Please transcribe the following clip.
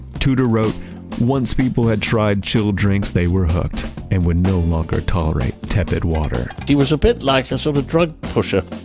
tudor wrote once people had tried chilled drinks, they were hooked and would no longer tolerate tepid water he was a bit like a sort of a drug pusher